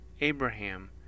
Abraham